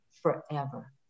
forever